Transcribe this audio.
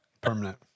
Permanent